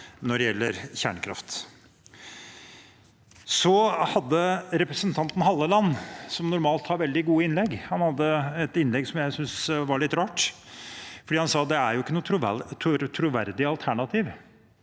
når det gjelder kjernekraft. Så hadde representanten Halleland, som normalt har veldig gode innlegg, et innlegg som jeg syntes var litt rart, for han sa at det er jo ikke noe «troverdig alternativ».